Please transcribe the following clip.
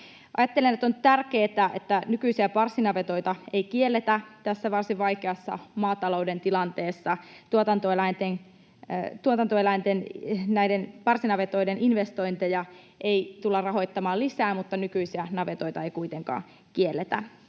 Ajattelen, että on tärkeätä, että nykyisiä parsinavetoita ei kielletä tässä varsin vaikeassa maatalouden tilanteessa. Näiden parsinavetoiden investointeja ei tulla rahoittamaan lisää, mutta nykyisiä navetoita ei kuitenkaan kielletä.